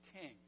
king